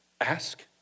Ask